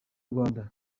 rwanda